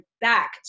back